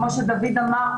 כמו שדוד אמר,